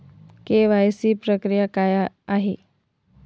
KYC प्रक्रिया काय आहे?